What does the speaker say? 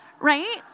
right